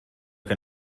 que